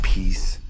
Peace